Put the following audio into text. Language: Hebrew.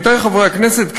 עמיתי חברי הכנסת,